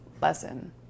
lesson